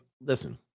Listen